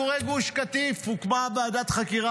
על עקורי גוש קטיף הוקמה ועדת חקירה